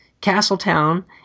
Castletown